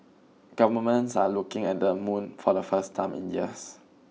governments are looking at the moon for the first time in years